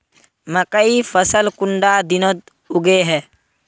मकई फसल कुंडा दिनोत उगैहे?